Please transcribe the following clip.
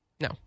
No